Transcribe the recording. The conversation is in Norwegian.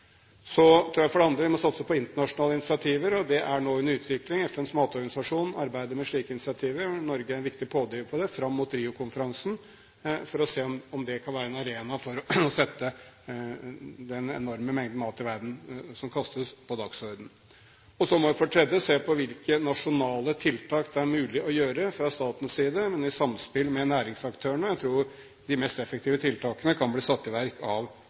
Så tror jeg for det andre at vi må satse på internasjonale initiativer, og det er nå under utvikling. FNs matorganisasjon arbeider med slike initiativer, og Norge er en viktig pådriver fram mot Rio-konferansen for å se om det kan være en arena for å sette den enorme mengden av mat i verden som kastes, på dagsordenen. Så må vi for det tredje se på hvilke nasjonale tiltak det er mulig å gjøre fra statens side, men i samspill med næringsaktørene. Jeg tror at de mest effektive tiltakene kan bli satt i verk av